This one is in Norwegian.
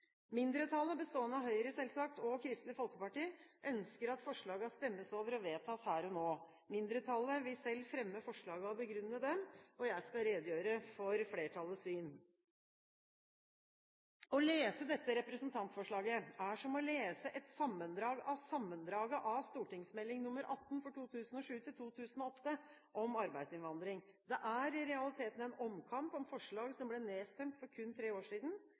Mindretallet, bestående av Høyre, selvsagt, og Kristelig Folkeparti, ønsker at forslagene stemmes over og vedtas her og nå. Mindretallet vil selv fremme forslagene og begrunne dem. Jeg skal redegjøre for flertallets syn. Å lese dette representantforslaget er som å lese et sammendrag av sammendraget av St.meld. nr. 18 for 2007–2008 om arbeidsinnvandring. Dette er i realiteten en omkamp om forslag som ble nedstemt for kun tre år siden.